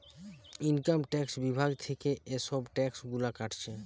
income tax বিভাগ থিকে এসব ট্যাক্স গুলা কাটছে